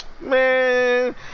Man